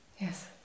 Yes